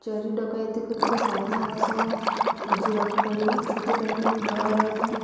ଚୋରି ଡକାୟତିକୁ ଟିକେ ସାବଧାନ ସହ ଯିବାକୁ ପଡ଼ିବ ସେଥିପାଇଁ ଭୟ ରହିଥାଏ